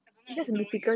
I don't know what totoro is